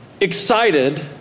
excited